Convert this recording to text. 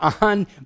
on